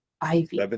Ivy